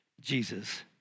Jesus